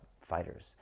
fighters